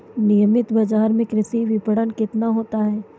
नियमित बाज़ार में कृषि विपणन कितना होता है?